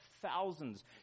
thousands